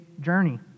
journey